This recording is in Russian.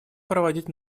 проводить